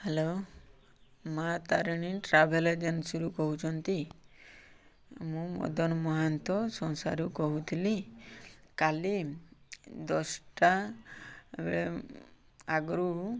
hello Maa Tarini travel ଏଜେନ୍ସିରୁ କହୁଛନ୍ତି ମୁଁ ମଦନ ମହାନ୍ତ ସଂସାରୁ କହୁଥିଲି କାଲି ଦଶଟା ବେଳେ ଆଗରୁ